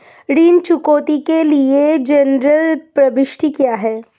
ऋण चुकौती के लिए जनरल प्रविष्टि क्या है?